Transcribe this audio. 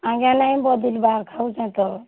ଆଜ୍ଞା ନାଇଁ ବଦଲିବାର୍ ଖାଉଛେଁ ତ